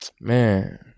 Man